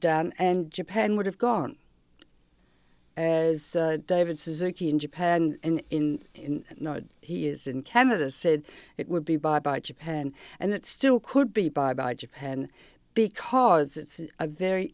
down and japan would have gone as david suzuki in japan and in in no he is in canada said it would be bought by japan and it still could be by by japan because it's a very